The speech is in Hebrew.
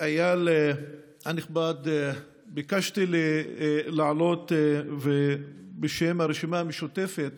איל הנכבד, ביקשתי לעלות ובשם הרשימה המשותפת